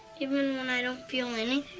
even when i don't feel anything?